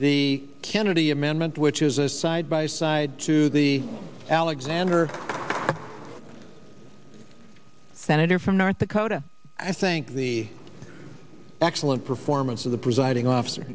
the kennedy amendment which is a side by side to the alexander senator from north dakota i think the excellent performance of the presiding officer